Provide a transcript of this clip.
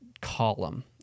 column